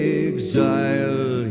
exile